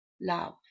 love